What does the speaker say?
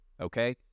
okay